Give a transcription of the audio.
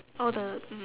all the mm